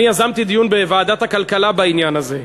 אני יזמתי דיון בוועדת הכלכלה בעניין הזה.